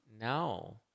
No